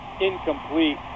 incomplete